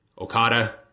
Okada